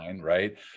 right